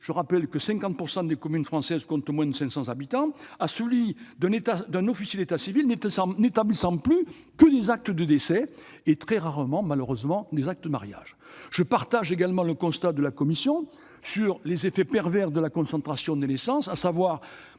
je rappelle que 50 % des communes françaises comptent moins de 500 habitants -à celui d'un officier d'état civil n'établissant plus que des actes de décès et, très rarement, des actes de mariage. Je partage le constat de la commission sur les effets pervers de la concentration des naissances,